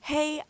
Hey